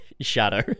Shadow